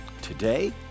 today